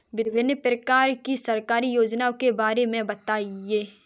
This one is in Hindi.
विभिन्न प्रकार की सरकारी योजनाओं के बारे में बताइए?